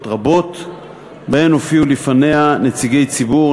רבות שבהן הופיעו לפניה נציגי ציבור,